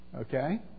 Okay